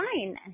fine